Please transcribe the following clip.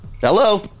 Hello